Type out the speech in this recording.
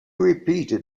repeated